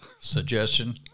Suggestion